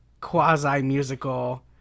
quasi-musical